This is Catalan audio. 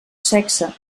sexe